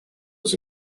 was